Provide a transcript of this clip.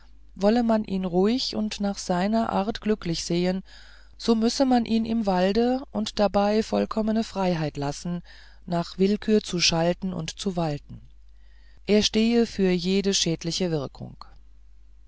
wolle man ihn ruhig und nach seiner art glücklich sehen so müsse man ihn im walde und dabei vollkommene freiheit lassen nach willkür zu schalten und zu walten er stehe für jede schädliche wirkung